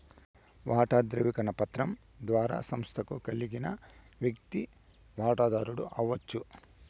వాటా దృవీకరణ పత్రం ద్వారా సంస్తకు కలిగిన వ్యక్తి వాటదారుడు అవచ్చు